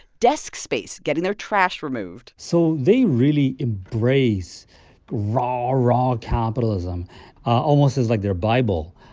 desk space, getting their trash removed so they really embrace raw, raw capitalism almost as, like, their bible.